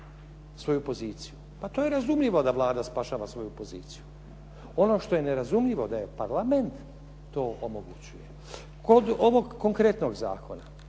svoju poziciju. Pa to je razumljivo da Vlada spašava svoju poziciju. Ono što je nerazumljivo da je Parlament to omogućuje. Kod ovog konkretnog zakona,